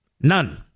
None